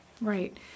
right